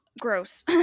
gross